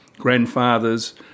grandfathers